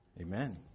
Amen